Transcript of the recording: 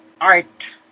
art